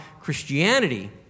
Christianity